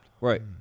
Right